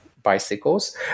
Bicycles